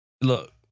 Look